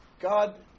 God